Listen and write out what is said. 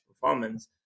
performance